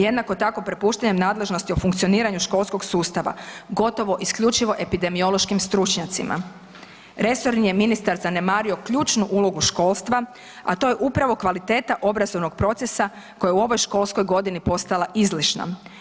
Jednako tako prepuštanjem nadležnosti o funkcioniranju školskog sustava gotovo isključivo epidemiološkim stručnjacima resorni je ministar zanemario ključnu ulogu školstva, a to je upravo kvaliteta obrazovnog procesa koji je u ovoj školskoj godini postala izlišna.